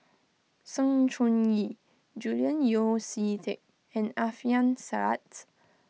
Sng Choon Yee Julian Yeo See Teck and Alfian Sa'At